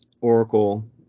Oracle